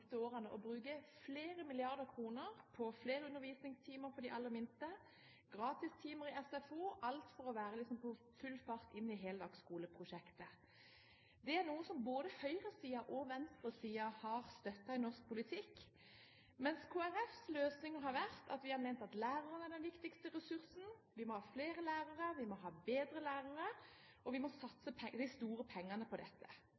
bruke flere milliarder kr på flere undervisningstimer for de aller minste og gratistimer i SFO – alt for å være på full fart inn i heldagsskoleprosjektet. Det er noe som både høyre- og venstresiden har støttet i norsk politikk, mens Kristelig Folkepartis løsninger har vært at vi har ment at læreren er den viktigste ressursen, vi må ha flere og bedre lærere, og vi må satse de store pengene på dette.